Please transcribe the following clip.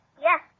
Yes